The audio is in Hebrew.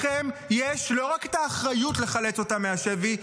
לכם יש לא רק את האחריות לחלץ אותם מהשבי,